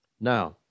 Now